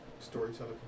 storyteller